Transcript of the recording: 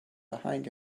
behind